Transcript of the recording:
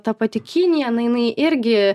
ta pati kinija na jinai irgi